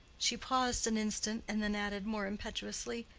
she paused an instant and then added more impetuously,